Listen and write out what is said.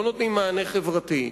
לא נותנים מענה חברתי,